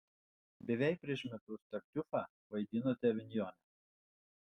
beveik prieš metus tartiufą vaidinote avinjone